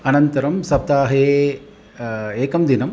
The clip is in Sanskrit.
अनन्तरं सप्ताहे एकं दिनम्